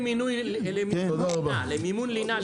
(הישיבה נפסקה בשעה 20:20